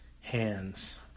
hands